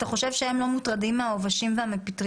אתם חושב שהם לא מוטרדים מהעובדים והפטריות?